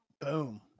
Boom